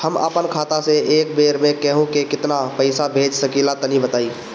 हम आपन खाता से एक बेर मे केंहू के केतना पईसा भेज सकिला तनि बताईं?